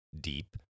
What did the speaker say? deep